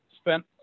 spent